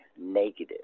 negative